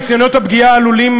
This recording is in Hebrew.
ניסיונות הפגיעה עלולים,